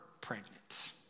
pregnant